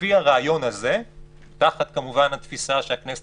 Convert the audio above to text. לפי הרעיון הזה ותחת התפיסה שהכנסת